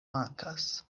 mankas